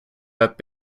web